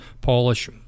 Polish